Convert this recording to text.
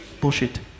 bullshit